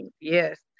Yes